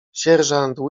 sierżant